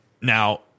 now